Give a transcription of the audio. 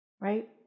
right